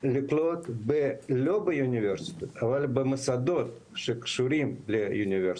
לקלוט לא באוניברסיטאות אבל במוסדות שקשורים לאוניברסיטאות.